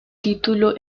título